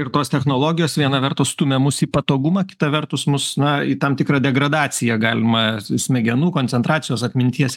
ir tos technologijos viena vertus stumia mus į patogumą kita vertus mus na į tam tikrą degradaciją galima smegenų koncentracijos atminties